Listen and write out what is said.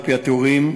על-פי התיאורים,